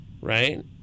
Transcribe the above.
right